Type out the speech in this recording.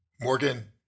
Morgan